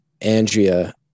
Andrea